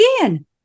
again